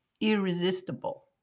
irresistible